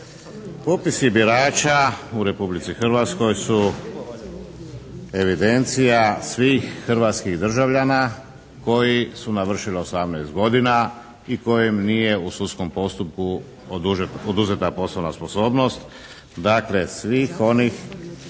popisi birača u Republici Hrvatskoj su evidencija svih hrvatskih državljana koji su navršili 18 godina i kojima nije u sudskom postupku oduzeta poslovna sposobnost. Dakle svih onih